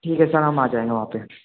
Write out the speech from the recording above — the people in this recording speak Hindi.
ठीक है सर हम आ जाएँगे वहाँ पर